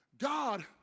God